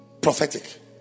Prophetic